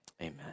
amen